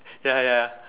ya ya ya